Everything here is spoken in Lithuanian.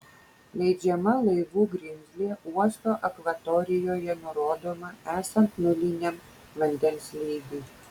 leidžiama laivų grimzlė uosto akvatorijoje nurodoma esant nuliniam vandens lygiui